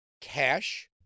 cash